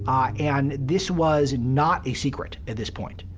um and this was not a secret at this point.